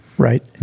Right